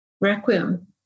Requiem